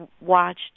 watched